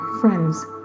friends